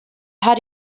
had